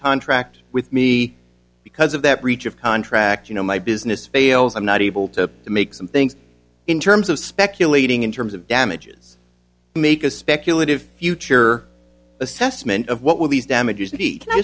contract with me because of that breach of contract you know my business fails i'm not able to make some things in terms of speculating in terms of damages make a speculative future assessment of what will these damages can i